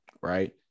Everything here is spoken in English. right